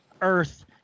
earth